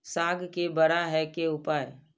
साग के बड़ा है के उपाय?